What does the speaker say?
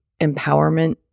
empowerment